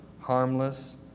harmless